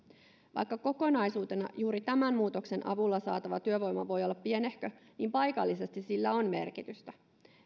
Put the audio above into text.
vaikka kokonaisuutena juuri tämän muutoksen avulla saatava työvoima voi olla pienehkö paikallisesti sillä on merkitystä